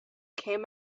came